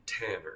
Tanner